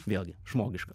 vėlgi žmogiška